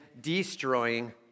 destroying